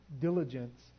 diligence